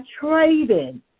trading